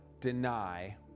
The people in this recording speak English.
deny